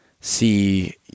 see